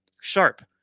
Sharp